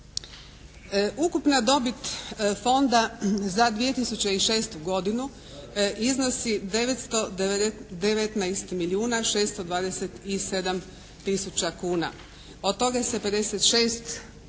Ukupna dobit Fonda za 2006. godinu iznosi 919 milijuna 627 tisuća kuna. Od toga se 56